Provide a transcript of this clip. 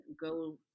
go